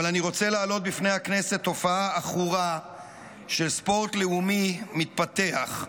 אבל אני רוצה להעלות בפני הכנסת תופעה עכורה של ספורט לאומי מתפתח: